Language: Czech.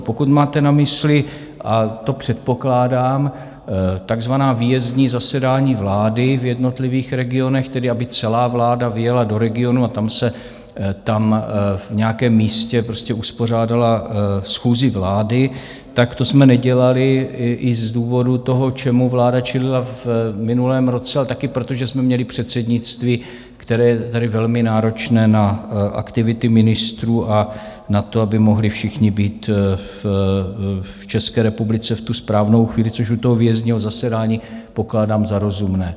Pokud máte na mysli, a to předpokládám, takzvaná výjezdní zasedání vlády v jednotlivých regionech, tedy aby celá vláda vyjela do regionů a tam v nějakém místě uspořádala schůzi vlády, tak to jsme nedělali i z důvodu toho, čemu vláda čelila v minulém roce, a taky proto, že jsme měli předsednictví, které je tedy velmi náročné na aktivity ministrů a na to, aby mohli všichni být v České republice v tu správnou chvíli, což u výjezdního zasedání pokládám za rozumné.